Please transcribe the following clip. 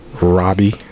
Robbie